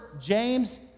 James